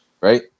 right